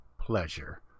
pleasure